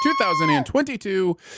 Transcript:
2022